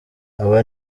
aba